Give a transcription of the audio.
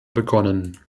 begonnen